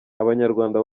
abanyarwanda